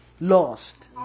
lost